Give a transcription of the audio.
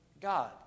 God